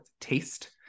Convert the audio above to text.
taste